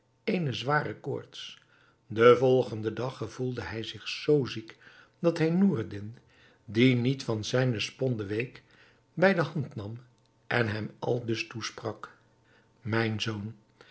eene zware koorts den volgenden dag gevoelde hij zich zoo ziek dat hij noureddin die niet van zijne sponde week bij de hand nam en hem aldus toesprak mijn zoon